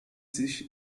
sich